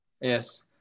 Yes